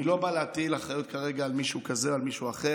אני לא בא להטיל אחריות כרגע על מישהו כזה או על מישהו אחר,